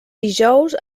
dijous